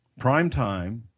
primetime